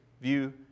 view